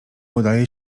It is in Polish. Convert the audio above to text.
udaje